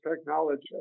technology